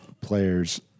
players